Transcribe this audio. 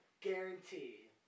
guarantee